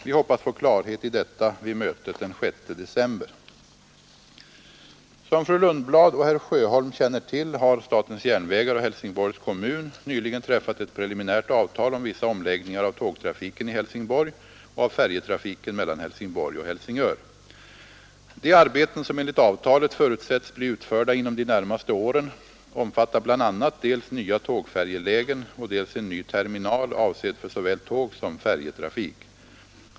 Vi hoppas få klarhet i detta vid mötet den 6 december. Som fru Lundblad och herr Sjöholm känner till har SJ och Helsingborgs kommun nyligen träffat ett preliminärt avtal om vissa omläggningar av tågtrafiken i Helsingborg och av färjetrafiken mellan Helsingborg och Helsingör. De arbeten som enligt avtalet förutsättes bli utförda inom de närmaste åren omfattar bl.a. dels nya tågfärjelägen och dels en ny terminal avsedd för såväl tågsom färjetrafik.